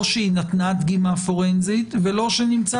לא שהיא נתנה דגימה פורנזית ולא שנמצא